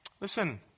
Listen